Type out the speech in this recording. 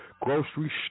grocery